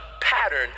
pattern